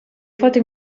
foto